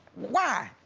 why?